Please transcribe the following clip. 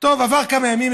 עברו כמה ימים,